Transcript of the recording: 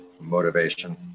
motivation